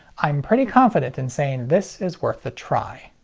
i'm pretty confident in saying this is worth a try.